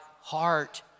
heart